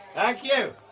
thank you,